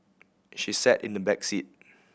she sat in the back seat